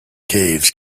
caves